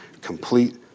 complete